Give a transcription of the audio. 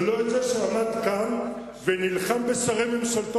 ולא את זה שעמד כאן ונלחם בשרי ממשלתו